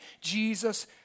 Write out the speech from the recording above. Jesus